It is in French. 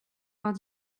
vingt